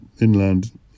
inland